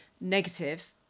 negative